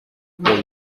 paul